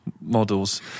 models